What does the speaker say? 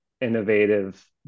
innovative